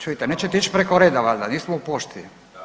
Čujte, nećete ić preko reda valjda, nismo u pošti.